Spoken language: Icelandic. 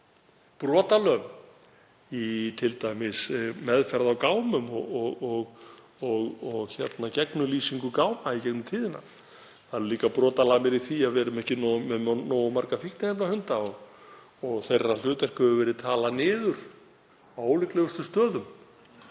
brotalöm í meðferð á gámum og gegnumlýsingu gáma í gegnum tíðina. Þar eru líka brotalamir í því að við erum ekki með nógu marga fíkniefnahunda og þeirra hlutverk hefur verið talað niður á ólíklegustu stöðum